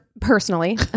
personally